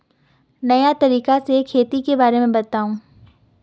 नया तरीका से खेती के बारे में बताऊं?